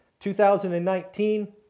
2019